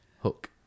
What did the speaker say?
Hook